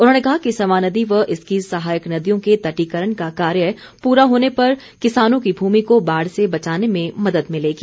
उन्होंने कहा कि स्वां नदी व इसकी सहायक नदियों के तटीकरण का कार्य पूरा होने पर किसानों की भूमि को बाढ़ से बचाने में मदद मिलेगी